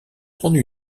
prendre